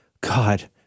God